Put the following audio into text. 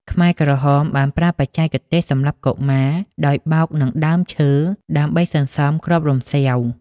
ខ្មែរក្រហមបានប្រើបច្ចេកទេសសម្លាប់កុមារដោយបោកនឹងដើមឈើ ដើម្បីសន្សំគ្រាប់រំសេវ។